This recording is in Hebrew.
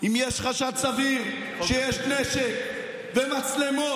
אם יש חשד סביר שיש נשק ומצלמות,